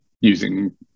using